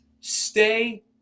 Stay